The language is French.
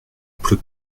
pleut